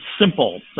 simple